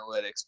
analytics